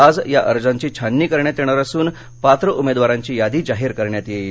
आज या अर्जांची छाननी करण्यात येणार असून पात्र उमेदवारांची यादी जाहीर करण्यात येईल